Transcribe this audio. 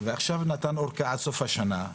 ועכשיו נתנו אורכה עד סוף השנה.